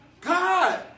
God